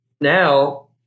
now